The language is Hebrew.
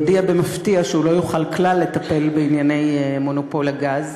הודיע במפתיע שהוא לא יוכל כלל לטפל בענייני מונופול הגז.